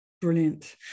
Brilliant